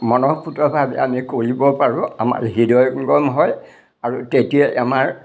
মনঃপুতভাৱে আমি কৰিব পাৰোঁ আমাৰ হৃদয়ঙ্গম হয় আৰু তেতিয়াই আমাৰ